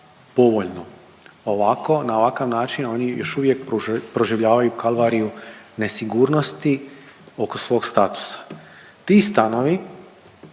povoljno. Ovako, na ovaj način oni još uvijek proživljavaju kalvariju nesigurnosti oko svog statusa. Ti stanovi